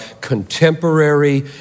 contemporary